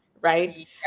right